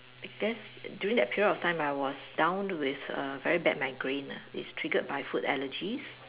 during that period of time I was down with a very bad migraine ah it's triggered by food allergies